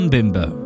Bimbo